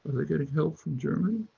they're getting help from germany.